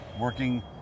working